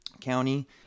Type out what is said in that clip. County